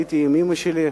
עליתי עם אמא שלי,